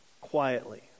quietly